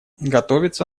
готовится